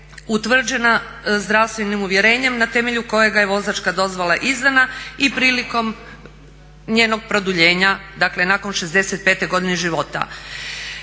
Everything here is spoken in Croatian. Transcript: utvrđena zdravstvenim uvjerenjem na temelju kojega je vozačka dozvola izdana i prilikom njenog produljenja, dakle nakon 65 godine života.